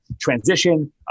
Transition